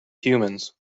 humans